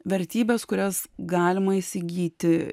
vertybės kurias galima įsigyti